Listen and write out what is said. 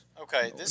Okay